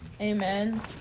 Amen